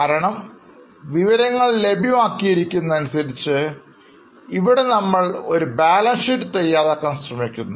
കാരണം വിവരങ്ങൾ ലഭ്യമാക്കിയിരിക്കുന്നത് അനുസരിച്ച് ഇവിടെ നമ്മൾ ഒരു ബാലൻസ് ഷീറ്റ് തയ്യാറാക്കാൻ ശ്രമിക്കുന്നു